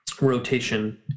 rotation